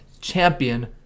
champion